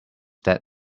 that